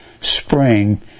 spring